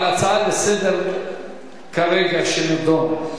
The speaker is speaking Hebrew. על הצעה לסדר-היום כרגע שנדונה,